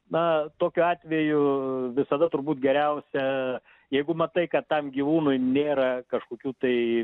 na tokiu atveju visada turbūt geriausia jeigu matai kad tam gyvūnui nėra kažkokių tai